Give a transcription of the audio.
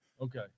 okay